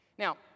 Now